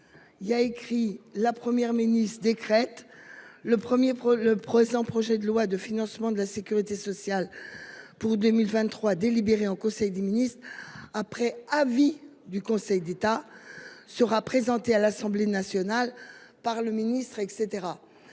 Il y a écrit la Première ministre décrète. Le 1er pour le présent projet de loi de financement de la Sécurité sociale. Pour 2023 délibéré en conseil des ministres après avis du Conseil d'État sera présenté à l'Assemblée nationale par le ministre et